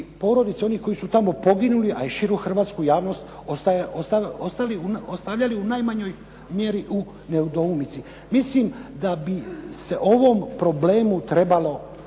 porodicu onih koji su tamo poginuli, a i širu hrvatsku javnost ostavljali u najmanjoj mjeri u nedoumici. Mislim da bi se ovom problemu konačno